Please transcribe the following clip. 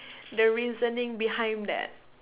the reasoning behind that